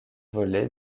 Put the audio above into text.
volley